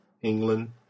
England